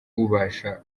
ubasha